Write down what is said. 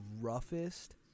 roughest